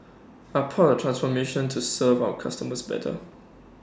are part transformation to serve our customers better